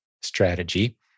strategy